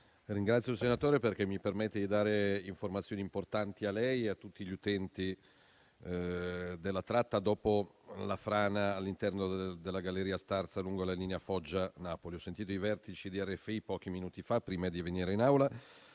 ringrazio il senatore interrogante, perché mi permette di dare informazioni importanti, a lei e a tutti gli utenti della tratta dopo la frana all'interno della galleria Starza, lungo la linea Foggia-Napoli. Ho sentito i vertici di RFI pochi minuti fa, prima di venire in Aula.